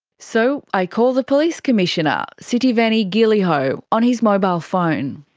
so i call the police commissioner sitiveni qiliho on his mobile phone.